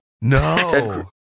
No